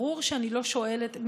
ברור שאני לא שואלת,